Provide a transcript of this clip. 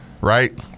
Right